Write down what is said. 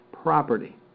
Property